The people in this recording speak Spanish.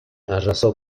arrasó